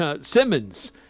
Simmons